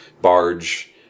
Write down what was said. barge